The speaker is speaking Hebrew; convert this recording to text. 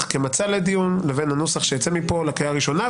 כמצע לדיון לבין הנוסח שיצא מפה לקריאה הראשונה,